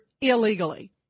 illegally